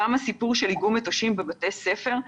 הסיפור של איגום מטושים בבתי ספר.